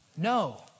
No